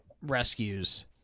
rescues